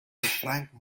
franck